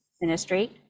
ministry